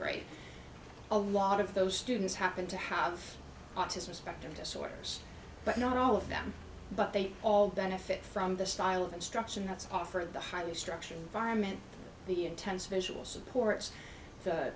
great a lot of those students happen to have autism spectrum disorders but not all of them but they all benefit from the style of instruction that's offered the highly structured environment the intense visual support